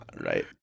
right